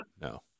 No